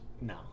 No